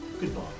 goodbye